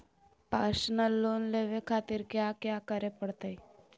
Personal loan लेवे खातिर कया क्या करे पड़तइ?